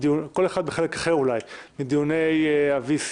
כל אחד בחלק אחר אולי מדיוני ה-VC